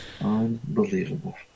Unbelievable